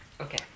Okay